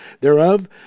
thereof